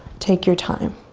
take your time.